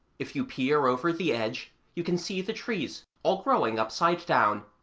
if you peer over the edge you can see the trees all growing upside down,